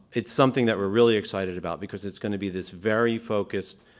it's something that we're really excited about because it's going to be this very focused,